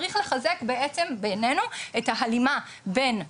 צריך לחזק בעצם בעינינו את ההלימה בין האקדמיה,